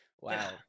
Wow